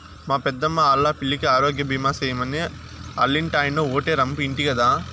మా పెద్దమ్మా ఆల్లా పిల్లికి ఆరోగ్యబీమా సేయమని ఆల్లింటాయినో ఓటే రంపు ఇంటి గదా